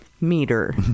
meter